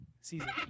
season